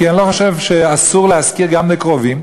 כי אני לא חושב שאסור להשכיר גם לקרובים,